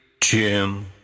Jim